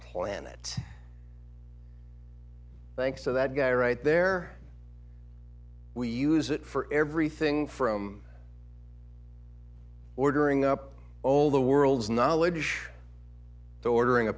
planet thanks to that guy right there we use it for everything from ordering up all the world's knowledge to ordering a